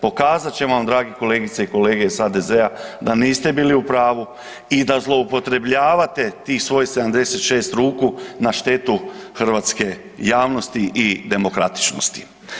Pokazat ćemo vam dragi kolegice i kolege iz HDZ-a da niste bili u pravu i da zloupotrebljavate tih svojih 76 ruku na štetu hrvatske javnosti i demokratičnosti.